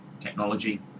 technology